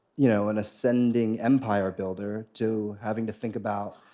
you know an ascending empire builder to having to think about